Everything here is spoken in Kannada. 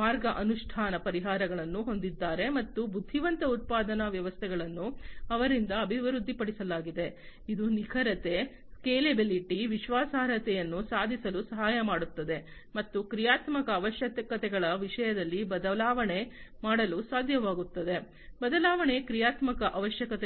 ಮಾರ್ಗ ಅನುಷ್ಠಾನ ಪರಿಹಾರಗಳನ್ನು ಹೊಂದಿದ್ದಾರೆ ಮತ್ತು ಬುದ್ಧಿವಂತ ಉತ್ಪಾದನಾ ವ್ಯವಸ್ಥೆಗಳನ್ನು ಅವರಿಂದ ಅಭಿವೃದ್ಧಿಪಡಿಸಲಾಗಿದೆ ಇದು ನಿಖರತೆ ಸ್ಕೇಲೆಬಿಲಿಟಿ ವಿಶ್ವಾಸಾರ್ಹತೆಯನ್ನು ಸಾಧಿಸಲು ಸಹಾಯ ಮಾಡುತ್ತದೆ ಮತ್ತು ಕ್ರಿಯಾತ್ಮಕ ಅವಶ್ಯಕತೆಗಳ ವಿಷಯದಲ್ಲಿ ಬದಲಾವಣೆ ಮಾಡಲು ಸಾಧ್ಯವಾಗುತ್ತದೆ ಬದಲಾವಣೆ ಕ್ರಿಯಾತ್ಮಕ ಅವಶ್ಯಕತೆಗಳು